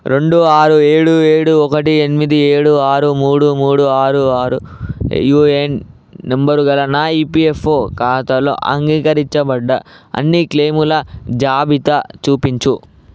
రెండు ఆరు ఏడు ఏడు ఒకటి ఎన్మిది ఏడు ఆరు మూడు మూడు ఆరు ఆరు యూఏఎన్ నంబరు గల నా ఈపియఫ్ఓ ఖాతాలో అంగీకరించబడ్డ అన్నీ క్లెయిముల జాబితా చూపించు